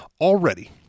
already